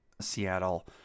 Seattle